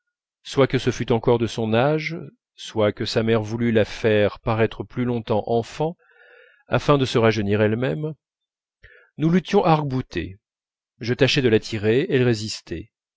soit que ce fût encore de son âge soit que sa mère voulût la faire paraître plus longtemps enfant afin de se rajeunir elle-même nous luttions arc-boutés je tâchais de l'attirer elle résistait